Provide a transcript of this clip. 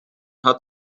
hat